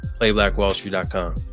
playblackwallstreet.com